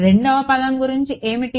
రెండవ పదం గురించి ఏమిటి